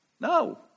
No